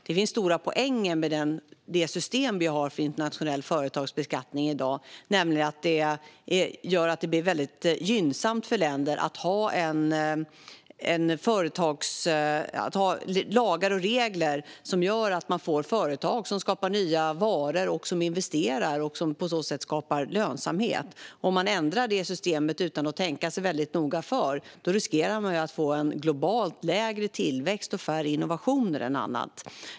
Det finns stora poänger med det system vi har för internationell företagsbeskattning i dag, nämligen att det gör att det blir väldigt gynnsamt för länder att ha lagar och regler som gör att man får företag som skapar nya varor och som investerar och på så sätt skapar lönsamhet. Om man ändrar det systemet utan att tänka sig väldigt noga för riskerar man att få en globalt lägre tillväxt och färre innovationer än annars.